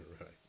right